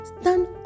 stand